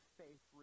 faith